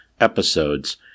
episodes